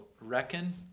reckon